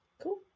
Cool